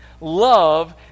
Love